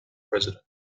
president